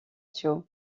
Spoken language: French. joe